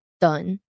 done